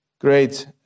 great